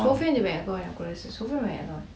sofian aja banyak kawan aku rasa sofian banyak kawan